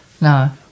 No